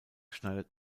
schneidet